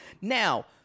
Now